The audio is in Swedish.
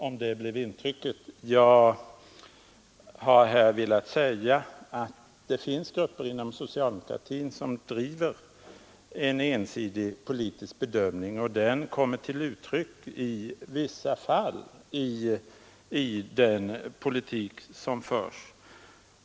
Vad jag ville säga var att det finns grupper inom socialdemokratin som driver en ensidig politisk linje, och den kommer i vissa fall till uttryck i den politik som förs.